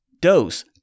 dose